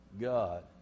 God